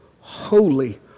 holy